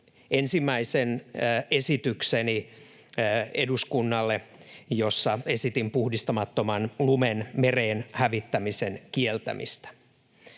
ensimmäisen esitykseni, jossa esitin puhdistamattoman lumen mereen hävittämisen kieltämistä.